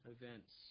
events